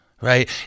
right